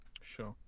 Sure